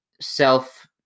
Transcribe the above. self